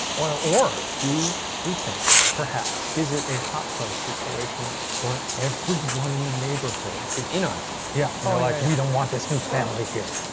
or or do we think perhaps, is it a hot fuzz situation where everyone in the neighborhood is in on it? yeah, like we don't want this family here.